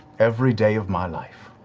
every day of my life.